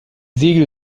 segel